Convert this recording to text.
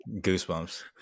goosebumps